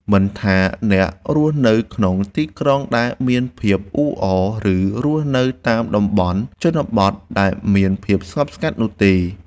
មិនថាអ្នករស់នៅក្នុងទីក្រុងដែលមានភាពអ៊ូអរ ឬ រស់នៅតាមតំបន់ជនបទដែលមានភាពស្ងប់ស្ងាត់នោះទេ។